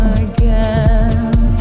again